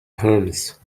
hymns